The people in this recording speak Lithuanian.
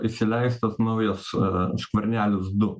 įsileistas naujas skvernelis du